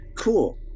Cool